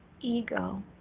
ego